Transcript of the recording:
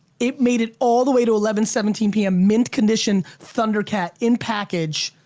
it made it all the way to eleven seventeen p m. mint condition thundercat in package,